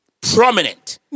prominent